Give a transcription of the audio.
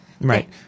Right